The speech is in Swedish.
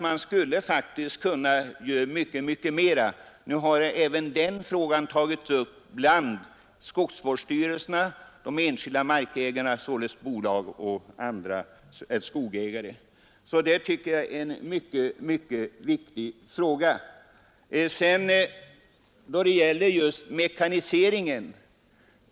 Man skulle kunna göra mycket mera härvidlag, och frågan har nu tagits upp av skogsvårdsstyrelser och enskilda bolag Jag tycker att denna fråga är mycket viktig. Jag vill säga några ord om mekaniseringen.